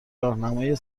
راهنمای